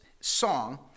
song